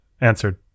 Answered